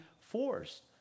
forced